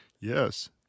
Yes